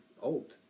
old